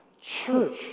church